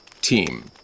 team